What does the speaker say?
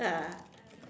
ah